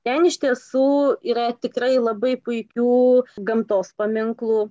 ten iš tiesų yra tikrai labai puikių gamtos paminklų